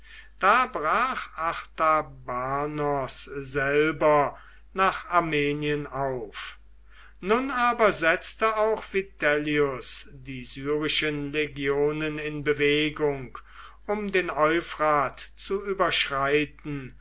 da brach artabanos selber nach armenien auf nun aber setzte auch vitellius die syrischen legionen in bewegung um den euphrat zu überschreiten